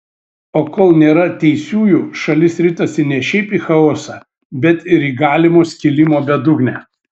o kol nėra teisiųjų šalis ritasi ne šiaip į chaosą bet ir į galimo skilimo bedugnę